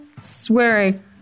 swearing